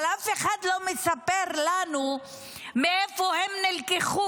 אבל אף אחד לא מספר לנו מאיפה הן נלקחו.